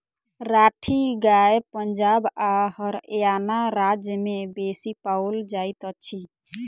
राठी गाय पंजाब आ हरयाणा राज्य में बेसी पाओल जाइत अछि